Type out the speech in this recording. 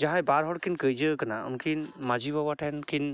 ᱡᱟᱦᱟᱸᱭ ᱵᱟᱨ ᱦᱚᱲᱠᱤᱱ ᱠᱟᱹᱭᱡᱟᱹᱣᱟᱠᱟᱱᱟ ᱩᱱᱠᱤᱱ ᱢᱟᱡᱷᱤ ᱵᱟᱵᱟ ᱴᱷᱮᱱ ᱠᱤᱱ